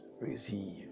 Receive